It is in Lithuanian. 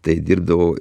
tai dirbdavau